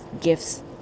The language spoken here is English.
gifts